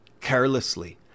carelessly